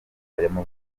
y’amavuko